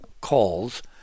calls